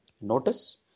notice